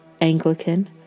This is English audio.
Anglican